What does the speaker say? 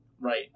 Right